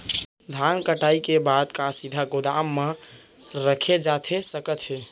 धान कटाई के बाद का सीधे गोदाम मा रखे जाथे सकत हे?